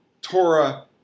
Torah